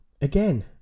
Again